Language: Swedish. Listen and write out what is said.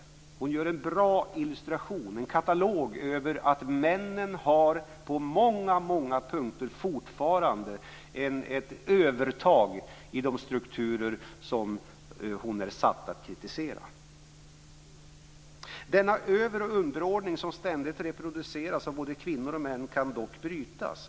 Margareta Winberg gör en bra illustration med en katalog över att männen på många punkter fortfarande har ett övertag i de strukturer som hon är satt att kritisera. Denna över och underordning som ständigt reproduceras av både kvinnor och män kan dock brytas.